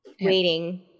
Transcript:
waiting